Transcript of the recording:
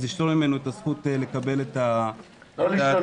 אז לשלול ממנו את הזכות לקבל את --- לא לשלול,